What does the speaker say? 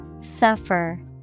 Suffer